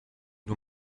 nur